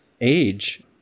age